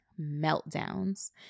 meltdowns